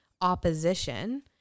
opposition